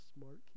smart